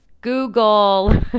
Google